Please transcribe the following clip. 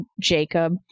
Jacob